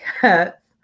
cats